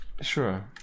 Sure